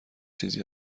چیزی